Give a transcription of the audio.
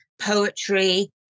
poetry